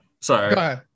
Sorry